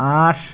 আঠ